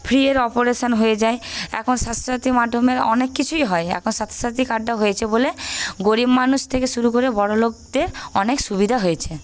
ফ্রিয়ের operation হয়ে যায় এখন স্বাস্থ্যসাথীর মাধ্যমে অনেককিছুই হয় এখন স্বাস্থ্যসাথী কার্ডটা হয়েছে বলে গরিব মানুষ থেকে শুরু করে বড়লোকদের অনেক সুবিধা হয়েছে